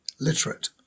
literate